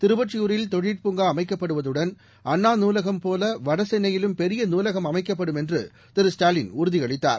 திருவொற்றியூரில் தொழிற்பூங்காஅமைக்கப்படுவதுடன் அண்ணா நூலகம் போலவடசென்னையிலும் பெரிய நூலகம் அமைக்கப்படும் என்றுதிரு ஸ்டாலின் உறுதியளித்தார்